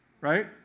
right